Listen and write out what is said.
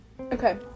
Okay